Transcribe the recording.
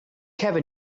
heaven